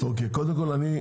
קודם כול,